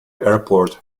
airport